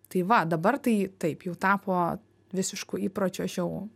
tai va dabar tai taip jau tapo visišku įpročiu aš jau